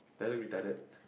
do I look retarded